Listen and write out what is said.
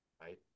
Right